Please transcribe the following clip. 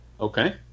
Okay